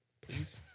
please